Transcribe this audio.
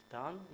done